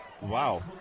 Wow